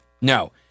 No